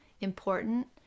important